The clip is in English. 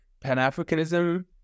Pan-Africanism